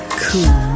cool